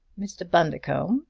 mr. bundercombe,